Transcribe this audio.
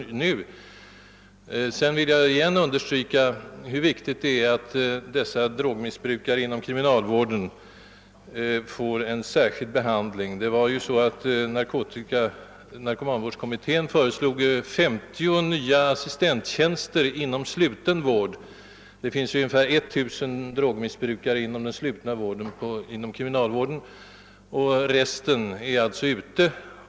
Jag vill ännu en gång understryka vikten av att drogmissbrukarna får en särskild behandling inom kriminalvården. Narkomanvårdskommittén föreslog ju ett 30-tal nya assistenttjänster inom den slutna vården. Det finns ungefär 1000 drogmissbrukare inom denna kriminalvårdens slutna del. Resten behandlas alltså i frihet.